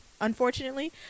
unfortunately